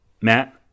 Matt